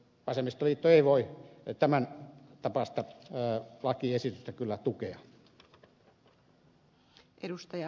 vasemmistoliitto ei voi tämän tapaista lakiesitystä kyllä tukea